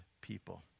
people